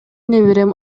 неберем